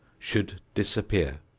should disappear.